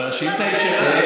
אבל השאילתה היא שלך.